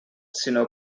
sinó